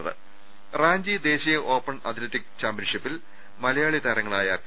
് റാഞ്ചി ദേശീയ open athletic ചാമ്പ്യൻഷിപ്പിൽ മലയാളി താരങ്ങളായ പി